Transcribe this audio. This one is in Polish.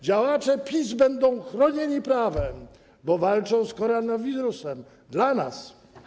Działacze PiS będą chronieni prawem, bo walczą z koronawirusem dla nas.